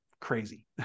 crazy